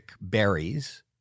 berries